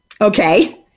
Okay